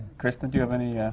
kristin, do you have any